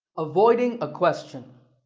avoiding a question.